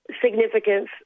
significance